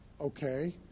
Okay